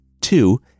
Two